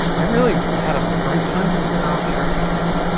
i really had a great time up there. ah i'm sure you did.